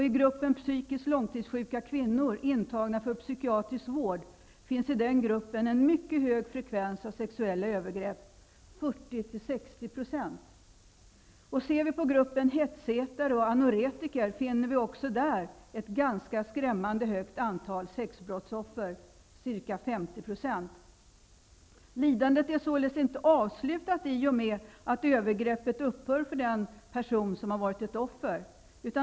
I gruppen psykiskt långtidssjuka kvinnor intagna för psykiatrisk vård finns en mycket hög frekvens av sexuella övergrepp, 40-- 60 %. Ser vi på gruppen hetsätare och anorektiker, finner vi också där ett ganska skrämmande högt antal sexbrottsoffer, ca 50 %. Lidandet är således inte avslutat i och med att övergreppet upphör för personen som varit offer.